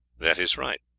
that is right.